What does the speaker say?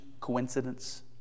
coincidence